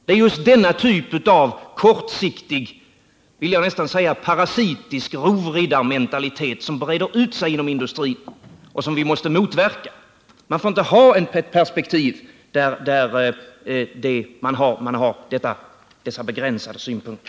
Det är denna typ av kortsiktig, jag vill nästan säga parasitisk, rovriddarmentalitet som breder ut sig inom industrin, och som vi måste motverka. Ett perspektiv med dessa begränsade synpunkter får inte förekomma.